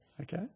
Okay